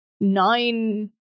nine